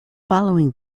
following